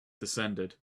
descended